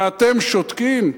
ואתם שותקים?